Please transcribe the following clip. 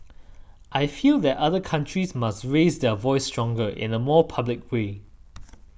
I feel that other countries must raise their voice stronger in a more public way